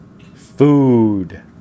Food